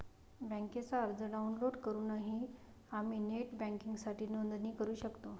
बँकेचा अर्ज डाउनलोड करूनही आम्ही नेट बँकिंगसाठी नोंदणी करू शकतो